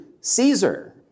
Caesar